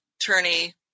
attorney